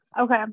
Okay